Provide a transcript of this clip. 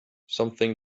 something